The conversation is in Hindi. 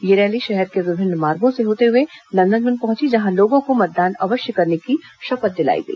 यह रैली शहर के विभिन्न मार्गों से होते हुए नंदनवन पहुंचा जहां लोगों को मतदान अवश्य करने की शपथ दिलाई गई